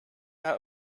out